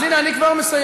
אז הנה, אני כבר מסיים.